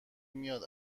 میاد